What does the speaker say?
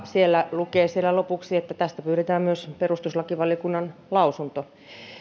siellä lukee lopuksi että tästä pyydetään myös perustuslakivaliokunnan lausunto